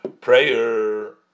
prayer